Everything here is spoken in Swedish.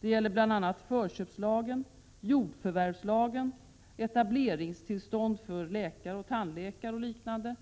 Det gäller bl.a. förköpslagen, jordförvärvslagen, etableringstillstånd för läkare och tandläkare och liknande,